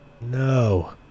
No